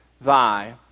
thy